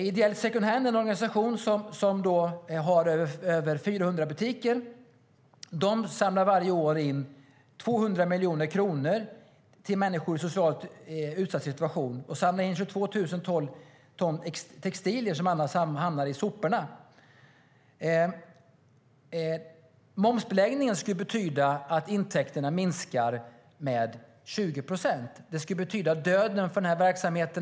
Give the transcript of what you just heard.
Ideell Second Hand är ett samarbete mellan organisationer som tillsammans har över 400 butiker. De samlar varje år in 200 miljoner kronor till människor i socialt utsatta situationer, och de samlar in 22 000 ton textilier som annars hamnar i soporna. Momsbeläggningen skulle betyda att intäkterna minskar med 20 procent. Det skulle betyda döden för verksamheten.